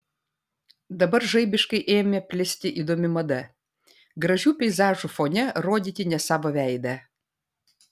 dabar žaibiškai ėmė plisti įdomi mada gražių peizažų fone rodyti ne savo veidą